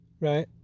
Right